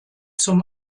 zum